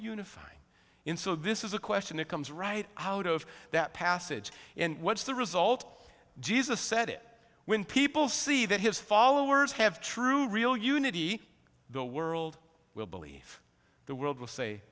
unifying in so this is a question that comes right out of that passage and what's the result jesus said it when people see that his followers have true real unity the world will believe the world will say